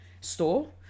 store